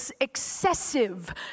excessive